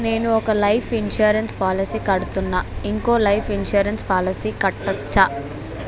నేను ఒక life insurance policy కడ్తున్నా, ఇంకో లైఫ్ ఇన్సూరెన్స్ పాలసీ కట్టొచ్చా?